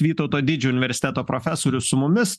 vytauto didžiojo universiteto profesorius su mumis